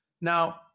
Now